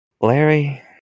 Larry